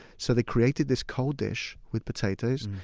so, they created this cold dish with potatoes,